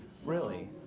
really?